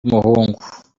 w’umuhungu